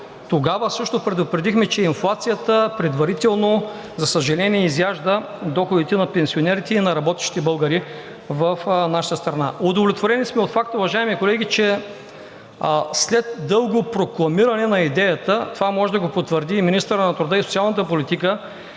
тогава също предупредихме, че инфлацията предварително, за съжаление, изяжда доходите на пенсионерите и на работещите българи в нашата страна. Удовлетворени сме от факта, уважаеми колеги, че след дълго прокламиране на идеята – това може да го потвърди и министърът на труда и социалната политика